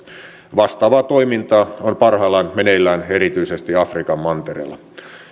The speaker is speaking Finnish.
vastaavaa toimintaa on parhaillaan meneillään erityisesti afrikan mantereella